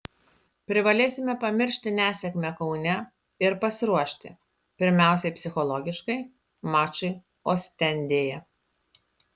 privalėsime pamiršti nesėkmę kaune ir pasiruošti pirmiausiai psichologiškai mačui ostendėje